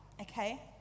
okay